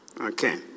Okay